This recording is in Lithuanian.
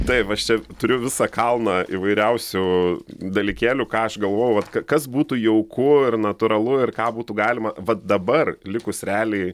taip aš čia turiu visą kalną įvairiausių dalykėlių ką aš galvojau vat ka kas būtų jauku ir natūralu ir ką būtų galima dabar likus realiai